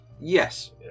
Yes